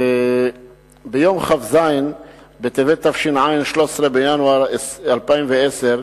ביום כ"ז בטבת התש"ע, 13 בינואר 2010,